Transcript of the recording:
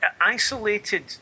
isolated